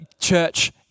church